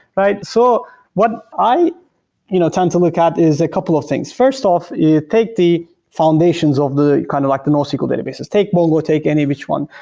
but so what i you know tend to look at is a couple of things. first off, yeah take the foundations of kind of like the nosql databases. take mongo. take any which one.